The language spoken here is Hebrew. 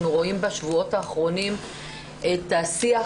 אנחנו רואים בשבועות האחרונים את השיח